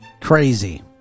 Crazy